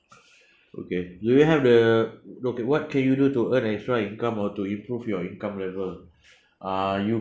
okay do you have the okay what can you do to earn extra income or to improve your income level uh you